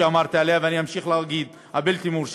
שאמרתי עליה ואני אמשיך להגיד "הבלתי-מורשית",